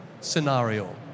scenario